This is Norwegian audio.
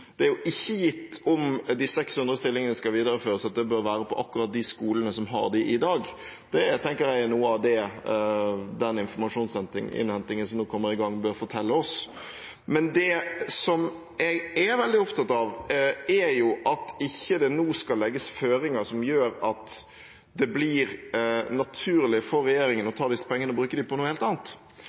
Det er jo ikke gitt, om de 600 stillingene skal videreføres, at de bør være på akkurat de skolene som har dem i dag. Det tenker jeg er noe av det den informasjonsinnhentingen som nå kommer i gang, bør fortelle oss. Men det som jeg er veldig opptatt av, er at det ikke nå skal legges føringer som gjør at det blir naturlig for regjeringen å ta disse pengene og bruke dem på noe helt annet.